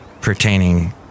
pertaining